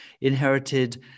inherited